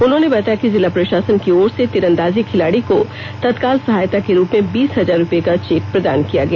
उन्होंने बताया कि जिला प्रषासन की ओर से तीरंदाजी खिलाड़ी को तत्काल सहायता के रूप में बीस हजार रुपये का चेक प्रदान किया गया